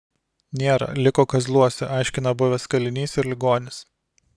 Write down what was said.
nėra liko kazluose aiškina buvęs kalinys ir ligonis